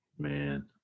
Man